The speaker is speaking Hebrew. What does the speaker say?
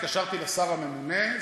התקשרתי לשר הממונה,